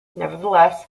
nevertheless